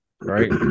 right